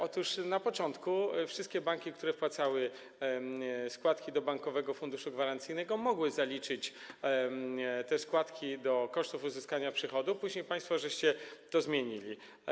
Otóż na początku wszystkie banki, które wpłacały składki do Bankowego Funduszu Gwarancyjnego, mogły zaliczyć te składki do kosztów uzyskania przychodów, później państwo to zmieniliście.